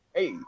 Hey